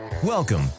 Welcome